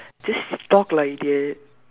just talk lah idiot